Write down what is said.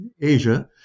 Asia